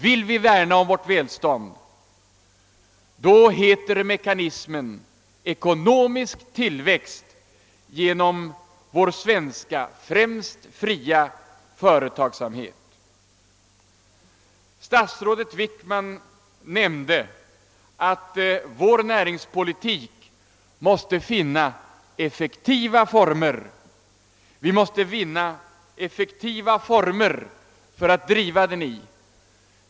Vill vi värna om vårt välstånd heter mekanismen ekonomisk tillväxt genom vår svenska fria företagsamhet. Statsrådet Wickman nämnde att vi måste finna effektiva former för att driva en aktiv näringspolitik.